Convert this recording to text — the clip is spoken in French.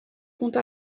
compte